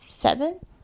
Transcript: seven